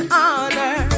honor